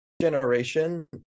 generation